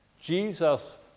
Jesus